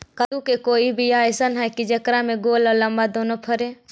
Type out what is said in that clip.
कददु के कोइ बियाह अइसन है कि जेकरा में गोल औ लमबा दोनो फरे?